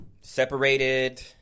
separated